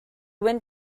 wind